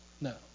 No